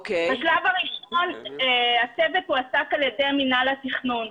בשלב הראשון הצוות הועסק על ידי מינהל התכנון,